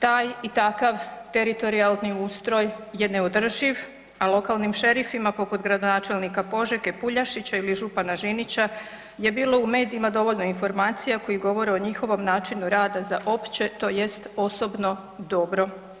Taj i takav teritorijalni ustroj je neodrživ a lokalnim šerifima poput gradonačelnika Požege Puljašića ili župana Žinića je bilo u medijima dovoljno informacija koje govore o njihovom načinu rada za opće tj. osobno dobro.